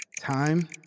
Time